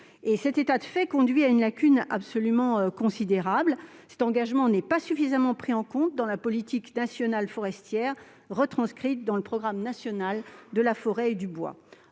Cet état de fait conduit à une lacune absolument considérable : cet engagement n'est pas suffisamment pris en compte dans la politique nationale forestière retranscrite dans le programme national de la forêt et du bois.